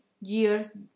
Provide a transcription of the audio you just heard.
years